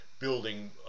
building